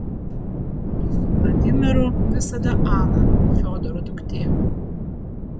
o su vladimiru visada ana fiodoro duktė